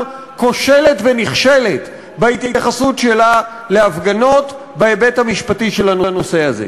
כושלת ונכשלת בהתייחסות שלה להפגנות בהיבט המשפטי של הנושא הזה.